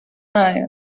puede